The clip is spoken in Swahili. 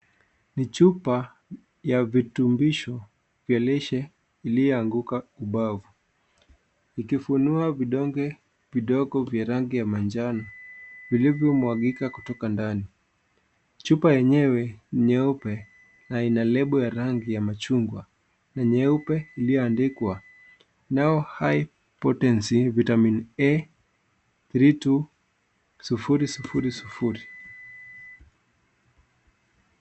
Ni chupa ya vitumbisho ya lishe iliyoanguka ubavu ukifungua vidonge vidogo vya rangi ya manjano vilivyyo mwagika kutoka ndani chupa yenyewe ni nyeupe na ina lebo ya rangi ya machungwa na nyeupe iliyoandikwa (cs) now high potency vitamin A 32000 (cs).